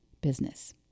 business